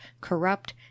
corrupt